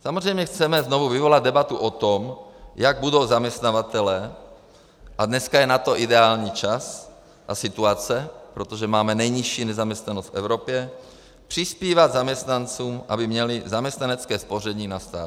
Samozřejmě chceme znovu vyvolat debatu o tom, jak budou zaměstnavatelé a dneska je na to ideální čas a situace, protože máme nejnižší nezaměstnanost v Evropě přispívat zaměstnancům, aby měli zaměstnanecké spoření na stáří.